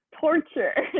torture